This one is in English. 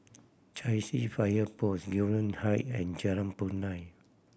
Chai Chee Fire Post Gillman Height and Jalan Punai